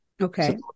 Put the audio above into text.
Okay